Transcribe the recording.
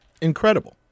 Incredible